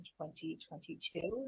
2022